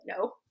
No